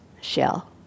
shell